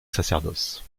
sacerdoce